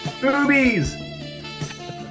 boobies